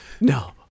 No